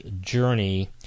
journey